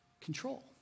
control